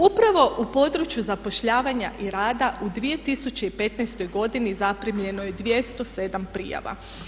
Upravo u području zapošljavanja i rada u 2015. godini zaprimljeno je 207 prijava.